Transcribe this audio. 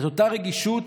אותה רגישות